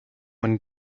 one